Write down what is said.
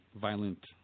violent